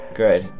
good